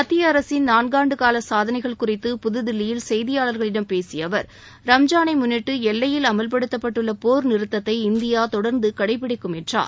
மத்திய அரசின் நான்காண்டுகால சாதனைகள் குறித்து புதுதில்லியில் செய்தியாளர்களிடம் பேசிய அவர் ரம்ஜானை முன்னிட்டு எல்லையில் அமல்படுத்தப்பட்டுள்ள போர் நிறுத்தத்தை இந்தியா தொடர்ந்து கடை பிடிக்கும் என்றார்